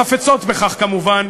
החפצות בכך כמובן,